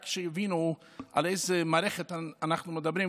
רק שתבינו על איזו מערכת אנחנו מדברים,